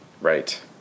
Right